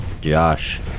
Josh